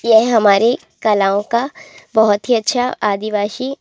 यह हमारे कलाओं का बहुत ही अच्छा आदिवासी